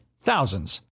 thousands